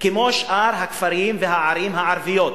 כמו שאר הכפרים והערים הערביים.